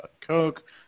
coke